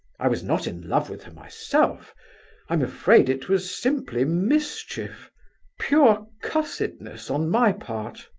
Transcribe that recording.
i was not in love with her myself i'm afraid it was simply mischief pure cussedness on my part.